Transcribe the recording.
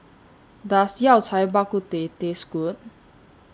Does Yao Cai Bak Kut Teh Taste Good